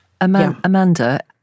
Amanda